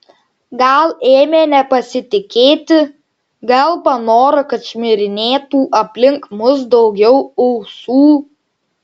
gal ėmė nepasitikėti gal panoro kad šmirinėtų aplink mus daugiau ausų